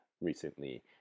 recently